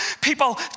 people